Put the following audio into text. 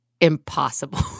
impossible